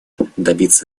добиться